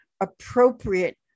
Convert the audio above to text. appropriate